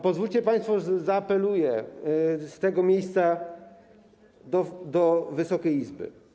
Pozwólcie państwo, że zaapeluję z tego miejsca do Wysokiej Izby.